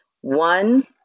One